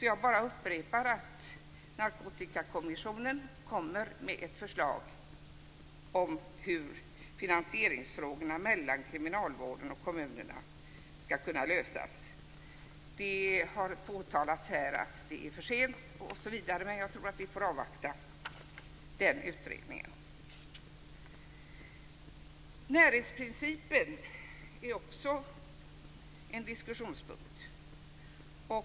Jag bara upprepar att Narkotikakommissionen kommer med ett förslag om hur finansieringsfrågorna mellan kriminalvården och kommunerna skall kunna lösas. Det har påtalats här att det är för sent. Men jag tror att vi får avvakta den utredningen. Närhetsprincipen är också en diskussionspunkt.